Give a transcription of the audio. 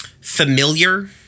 familiar